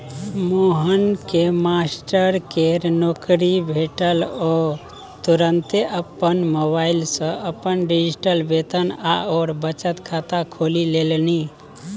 मोहनकेँ मास्टरकेर नौकरी भेटल ओ तुरते अपन मोबाइल सँ अपन डिजिटल वेतन आओर बचत खाता खोलि लेलनि